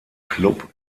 club